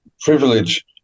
privilege